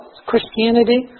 Christianity